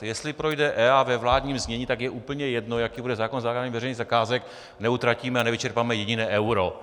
Jestli projde EIA ve vládním znění, tak je úplně jedno, jaký bude zákon o zadávání veřejných zakázek neutratíme, nevyčerpáme jediné euro.